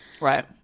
Right